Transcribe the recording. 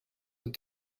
that